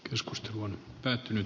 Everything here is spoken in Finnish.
keskustelu on käyty